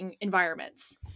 environments